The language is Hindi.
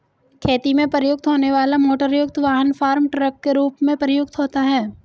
खेती में प्रयुक्त होने वाला मोटरयुक्त वाहन फार्म ट्रक के रूप में प्रयुक्त होता है